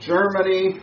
Germany